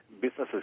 businesses